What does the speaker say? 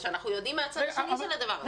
אנחנו יודעים מה הצד השני של הדבר הזה.